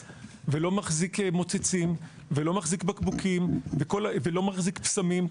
"האגיס" ולא מחזיק מוצצים ולא מחזיק בקבוקים ולא מחזיק בשמים.